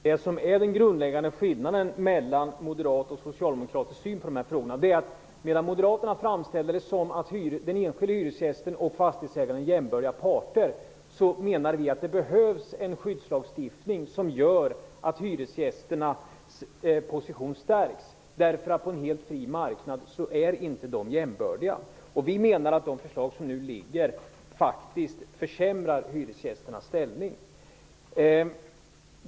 Herr talman! Den grundläggande skillnaden mellan en moderat och en socialdemokratisk syn på dessa frågor är, att medan moderaterna framställer det som att den enskilde hyresgästen och fastighetsägaren är jämbördiga parter menar vi att det behövs en skyddslagstiftning som gör att hyresgästernas position stärks. På en helt fri marknad är de inte jämbördiga. Vi menar att de förslag som nu föreligger faktiskt försämrar hyresgästernas ställning.